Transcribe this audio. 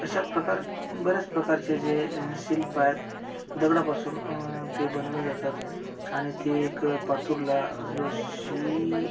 अशाप्रकार बऱ्याच प्रकारचे जे शिल्प आहेत दगडापासून ते बनवले जातात आणि ते एक पाथुरला जो शि